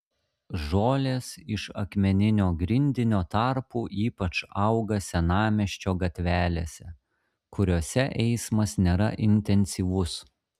žolės iš akmeninio grindinio tarpų ypač auga senamiesčio gatvelėse kuriose eismas nėra intensyvus